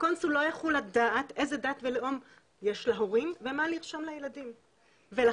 הקונסול לא יכול לדעת איזה דת ולאום יש להורים ומה לרשום לילדים ולכן,